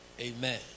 Amen